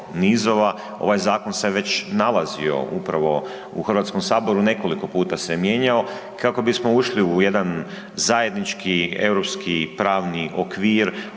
ovaj zakon se već nalazio upravo u Hrvatskom saboru, nekoliko puta se mijenjao i kako bismo ušli u jedan zajednički europski pravni okvir